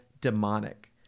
demonic